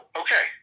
okay